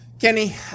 Kenny